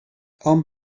ond